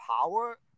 power